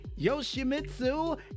Yoshimitsu